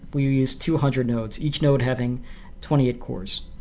we used two hundred nodes. each node having twenty eight course.